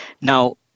Now